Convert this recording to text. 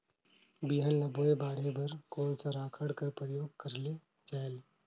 बिहान ल बोये बाढे बर कोन सा राखड कर प्रयोग करले जायेल?